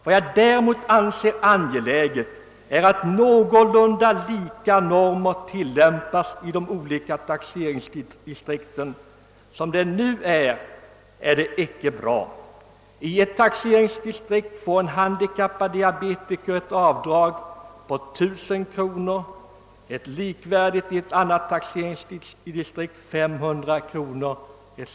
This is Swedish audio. Vad jag däremot anser angeläget är att någorlunda lika normer tillämpas i de olika taxeringsdistrikten. Det är ju inte bra som det nu är. I ett taxeringsdistrikt får en handikappad diabetiker ett avdrag på 1000 kronor, medan motsvarande avdrag i ett annat taxeringsdistrikt blir endast 500 kronor etc.